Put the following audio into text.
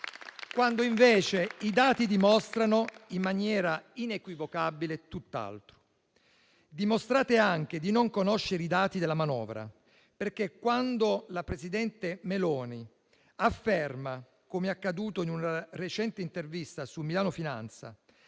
quando invece i dati dimostrano in maniera inequivocabile tutt'altro. Dimostrate anche di non conoscere i dati della manovra, perché quando il presidente Meloni afferma, com'è accaduto in una recente intervista su «Milano Finanza»,